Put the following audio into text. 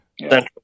central